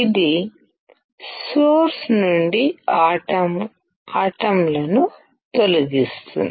ఇది సోర్స్ నుండి ఆటంలను తొలగిస్తుంది